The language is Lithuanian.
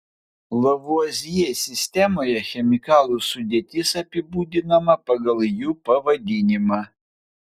lavuazjė sistemoje chemikalų sudėtis apibūdinama pagal jų pavadinimą